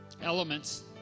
elements